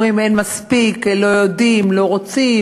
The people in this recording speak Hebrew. אומרים: אין מספיק, לא יודעים, לא רוצים.